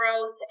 growth